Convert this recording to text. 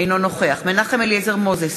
אינו נוכח מנחם אליעזר מוזס,